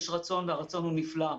יש רצון והרצון הוא נפלא.